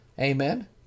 Amen